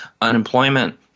unemployment